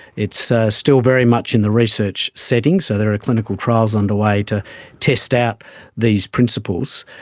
it's still very much in the research setting, so there are clinical trials underway to test out these principles,